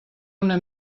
una